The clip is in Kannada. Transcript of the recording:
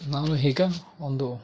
ನಾನು ಈಗ ಒಂದು